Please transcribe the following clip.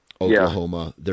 Oklahoma